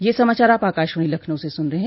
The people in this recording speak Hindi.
ब्रे क यह समाचार आप आकाशवाणी लखनऊ से सुन रहे हैं